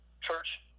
church